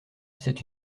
c’est